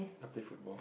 I play football